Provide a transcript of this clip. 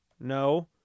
No